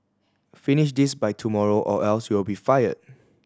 finish this by tomorrow or else you'll be fired